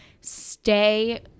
stay